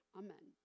amen